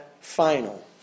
final